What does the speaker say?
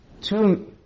two